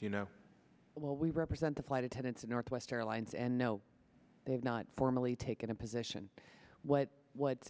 you know well we represent the flight attendants in northwest airlines and no they've not formally taken a position what what's